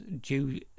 due